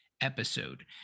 episode